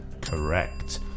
Correct